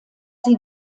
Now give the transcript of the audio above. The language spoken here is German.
sie